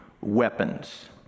weapons